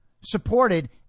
supported